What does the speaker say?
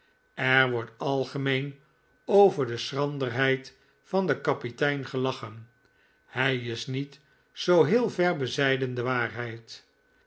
er wordt algemeen over de schranderheid van den kapitein gelachen hij is niet zoo heel ver bezijden de waarheid